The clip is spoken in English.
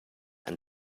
and